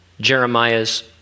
Jeremiah's